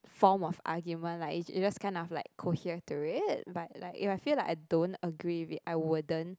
form of argument like you just you just kind of like cohere to it but like if I feel like I don't agree with it I wouldn't